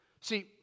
See